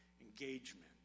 engagement